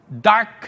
dark